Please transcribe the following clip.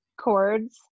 chords